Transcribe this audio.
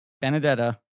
Benedetta